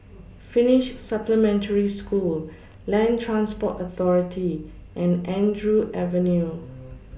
Finnish Supplementary School Land Transport Authority and Andrew Avenue